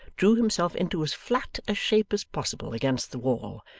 drew himself into as flat a shape as possible against the wall,